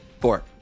Four